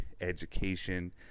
education